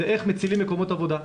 זה איך מצילים מקומות עבודה.